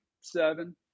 Seven